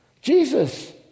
Jesus